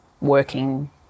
working